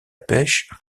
pêche